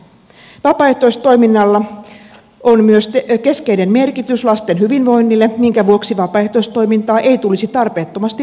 vapaaehtoistoiminnalla on myös keskeinen merkitys lasten hyvinvoinnille minkä vuoksi vapaaehtoistoimintaa ei tulisi tarpeettomasti vaikeuttaa